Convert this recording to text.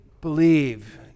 believe